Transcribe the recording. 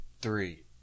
three